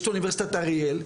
יש את אוניברסיטת אריאל,